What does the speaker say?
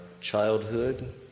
childhood